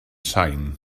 sain